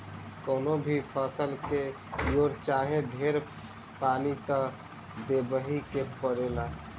कवनो भी फसल के थोर चाहे ढेर पानी त देबही के पड़ेला